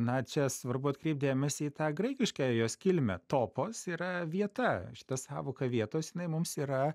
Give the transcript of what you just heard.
na čia svarbu atkreipt dėmesį į tą graikiškąją jos kilmę topos yra vieta šita sąvoka vietos jinai mums yra